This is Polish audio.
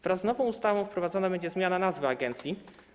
Wraz z nową ustawą wprowadzona będzie zmiana nazwy agencji.